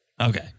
Okay